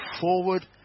forward